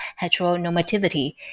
heteronormativity